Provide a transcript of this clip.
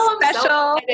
special